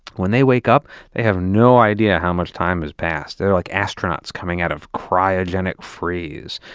when they wake up, they have no idea how much time has passed. they're like astronauts coming out of cryogenic freeze,